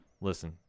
Listen